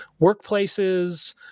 workplaces